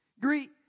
Greet